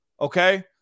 Okay